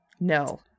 no